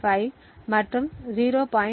5 மற்றும் 0